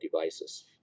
devices